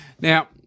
Now